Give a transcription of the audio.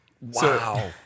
Wow